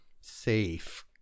safe